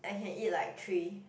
I can eat like three